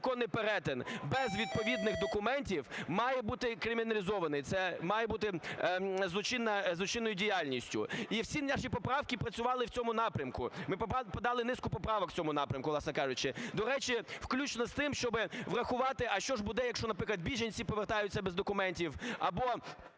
незаконний перетин без відповідних документів має бути криміналізований, це має бути злочинною діяльністю. І всі наші поправки працювали в цьому напрямку, ми подали низку поправок в цьому напрямку, власне кажучи. До речі, включно з тим, щоб врахувати, а що ж буде, якщо, наприклад, біженці повертаються без документів або